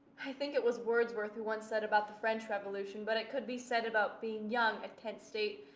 i think it was wordsworth who once said about the french revolution, but it could be said about being young at kent state.